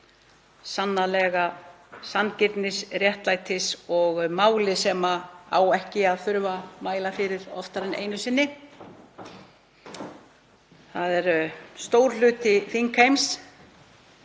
sannarlega sanngirnis- og réttlætismáli sem á ekki að þurfa að mæla fyrir oftar en einu sinni. Það er stór hluti þingheims